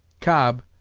cobb,